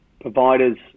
providers